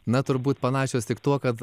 na turbūt panašios tik tuo kad